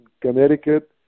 Connecticut